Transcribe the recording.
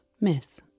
miss